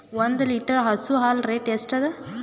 ಒಂದ್ ಲೀಟರ್ ಹಸು ಹಾಲ್ ರೇಟ್ ಎಷ್ಟ ಅದ?